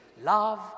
love